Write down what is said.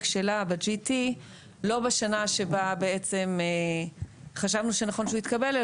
שלה ב-GT לא בשנה שבה בעצם חשבנו שנכון שהוא יתקבל,